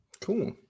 Cool